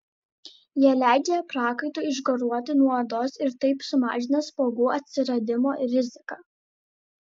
jie leidžia prakaitui išgaruoti nuo odos ir taip sumažina spuogų atsiradimo riziką